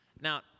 Now